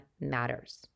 matters